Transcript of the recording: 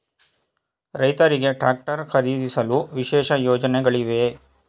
ರೈತರಿಗೆ ಟ್ರಾಕ್ಟರ್ ಖರೀದಿಸಲು ವಿಶೇಷ ಯೋಜನೆಗಳಿವೆಯೇ?